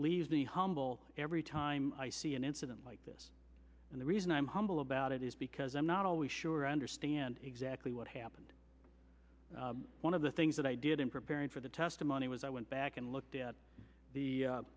leaves me humble every time i see an incident like this and the reason i'm humble about it is because i'm not always sure i understand exactly what happened one of the things that i did in preparing for the testimony was i went back and looked at the